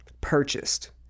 purchased